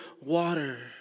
water